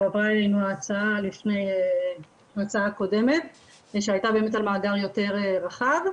הועברה אלינו ההצעה לפני --- קודמת שהייתה באמת על מאגר יותר רחב,